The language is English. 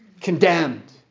condemned